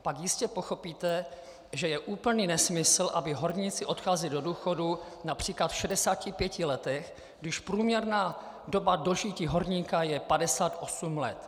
Pak jistě pochopíte, že je úplný nesmysl, aby horníci odcházeli do důchodu například v 65 letech, když průměrná doba dožití horníka je 58 let.